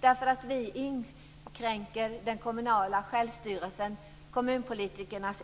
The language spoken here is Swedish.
därför att vi inskränker den kommunala självstyrelsen, kommunpolitikernas